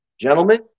Gentlemen